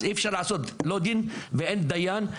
אז אי אפשר לעשות לא דין ואין דיין.